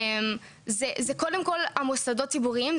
זה קודם כול המוסדות הציבוריים,